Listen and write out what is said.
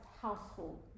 household